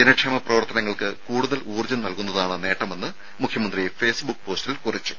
ജനക്ഷേമ പ്രവർത്തനങ്ങൾക്ക് കൂടുതൽ ഊർജ്ജം നൽകുന്നതാണ് നേട്ടമെന്ന് മുഖ്യമന്ത്രി ഫേസ്ബുക്ക് പോസ്റ്റിൽ കുറിച്ചു